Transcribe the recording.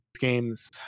games